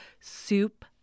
soup